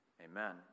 amen